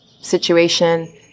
situation